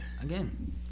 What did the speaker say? again